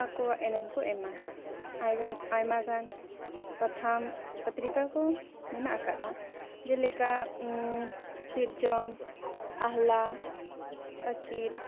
ᱟᱠᱚᱣᱟᱜ ᱮᱱᱮᱢ ᱠᱚ ᱮᱢᱟ ᱟᱭᱢᱟᱜᱟᱱ ᱯᱟᱛᱷᱟᱢ ᱯᱚᱛᱨᱤᱠᱟ ᱠᱚ ᱢᱮᱱᱟᱜ ᱟᱠᱟᱫᱟ ᱡᱮᱞᱮᱠᱟ ᱥᱤᱨᱡᱚᱱ ᱟᱦᱚᱞᱟ ᱟᱹᱠᱤᱞ